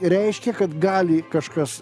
reiškia kad gali kažkas